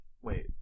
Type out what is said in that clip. wait